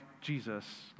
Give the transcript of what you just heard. Jesus